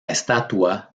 estatua